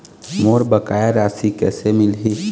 मोर बकाया राशि कैसे मिलही?